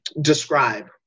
describe